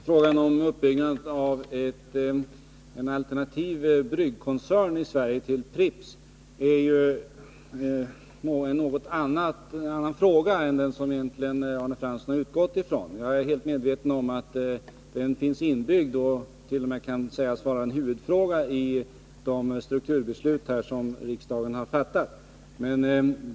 Herr talman! Frågan om uppbyggandet i Sverige av en alternativ bryggkoncern till Pripps är ju en annan fråga än den som Arne Fransson har utgått från, men jag är fullt medveten om att den finns inbyggd och t.o.m. kan sägas vara en huvudfråga i de strukturbeslut som riksdagen har fattat.